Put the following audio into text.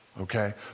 okay